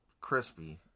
Crispy